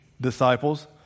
disciples